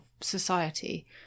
society –